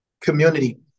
community